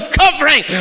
covering